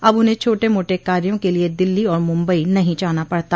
अब उन्हें छोटे मोटे कार्यों के लिए दिल्ली और मुम्बई नहीं जाना पड़ता